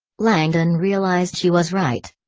langdon realized she was right.